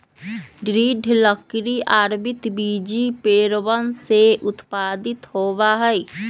दृढ़ लकड़ी आवृतबीजी पेड़वन से उत्पादित होबा हई